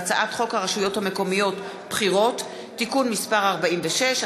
והצעת חוק הרשויות המקומיות (בחירות) (תיקון מס' 46),